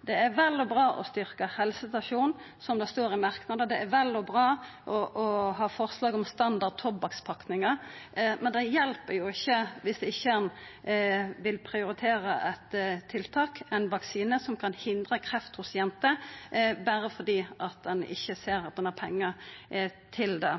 Det er vel og bra å styrkja helsestasjonen, som det står i merknader frå komiteen, og det er vel og bra å ha forslag om standard tobakkspakningar, men det hjelper ikkje viss ein ikkje vil prioritera eit tiltak, ein vaksine, som kan hindra kreft hos jenter – berre fordi ein ikkje ser at ein har pengar til det.